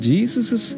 Jesus